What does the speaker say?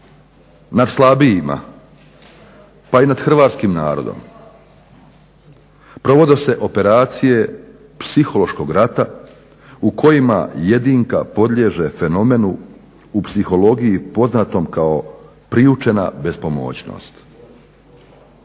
nad slabijima pa i nad hrvatskim narodom provode se operacije psihološkog rata u kojima jedinka podliježe fenomenu u psihologiji poznatom kao priučena bespomoćnost.